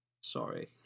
Sorry